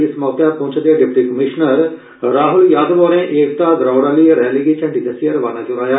इस मौके पुंछ दे डिप्टी कमिशनर राहुल यादव होरें एकता दौड़ आहली रैली गी झंडी दस्सियै रवाना करोआया